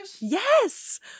Yes